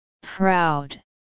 Proud